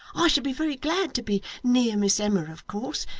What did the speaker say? i should be very glad to be near miss emma of course,